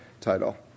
title